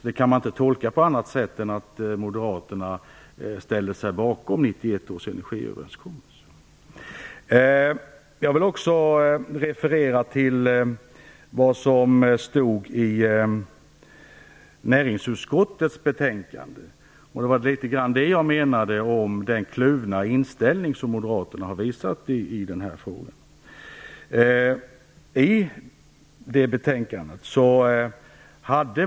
Det kan inte tolkas på annat sätt än att Moderaterna ställde sig bakom 1991 Jag vill också referera till vad som skrevs i näringsutskottets betänkande. Det var det jag menade när jag talade om den kluvna inställning som Moderaterna visat i denna fråga.